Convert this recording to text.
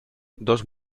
dos